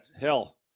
hell